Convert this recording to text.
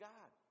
God